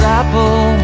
apple